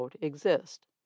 exist